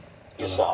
ya